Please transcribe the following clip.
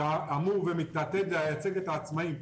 שאמור ומתעתד לייצג את העצמאיים,